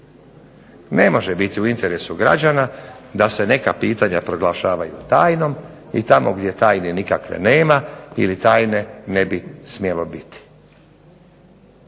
Ne može biti u interesu građana da se neka pitanja proglašavaju tajnom i tamo gdje tajne nikakve nema ili tajne ne bi smjelo biti.